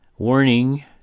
warning